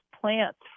plants